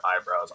eyebrows